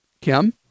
Kim